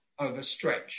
overstretch